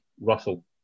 Russell